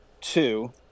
two